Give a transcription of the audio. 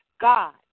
God